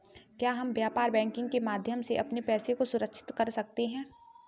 क्या हम व्यापार बैंकिंग के माध्यम से अपने पैसे को सुरक्षित कर सकते हैं?